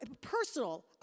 personal